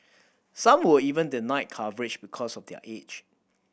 some were even denied coverage because of their age